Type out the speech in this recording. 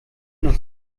noch